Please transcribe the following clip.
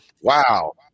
Wow